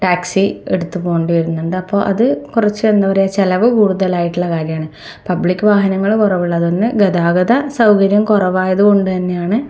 taxi എടുത്തു പോകേണ്ടി വരുന്നുണ്ട് അപ്പോൾ അത് കുറച്ച് എന്താ പറയുക ചിലവ് കൂടുതലായിട്ടുള്ള കാര്യമാണ് പബ്ലിക്ക് വാഹനങ്ങൾ കുറവുള്ളത് ഒന്ന് ഗതാഗത സൗകര്യം കുറവായത് കൊണ്ട് തന്നെയാണ്